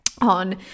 on